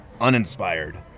uninspired